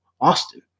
Austin